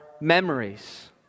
memories